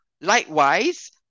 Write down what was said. Likewise